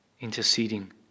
Interceding